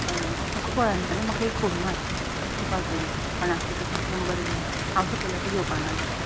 हय हय हय तुका कळना जाल्या म्हाका एक फोन मार थीं पावतगीर कोणाक ताका सांग नंबर दी आनी हांव सकयल येता घेवपा ना जाल्या